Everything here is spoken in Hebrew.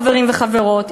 חברים וחברות,